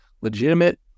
legitimate